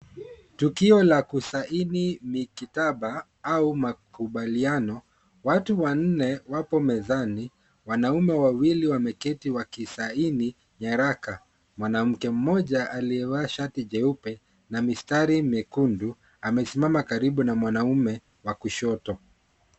Tukio la kusaini mikataba au makubaliano. Watu wanne wapo mezani, wanaume wawili wameketi wakisaini nyaraka. Mwanamke mmoja aliyevaa shati jeupe na mistari mekundu amesimama karibu na mwanamume wa kushoto.